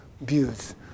views